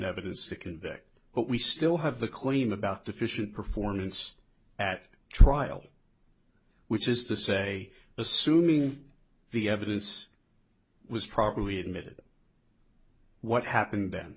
evidence to convict but we still have the claim about deficient performance at trial which is the say assuming the evidence was properly admitted what happened then